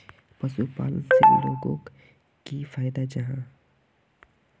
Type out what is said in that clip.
पशुपालन से लोगोक की फायदा जाहा?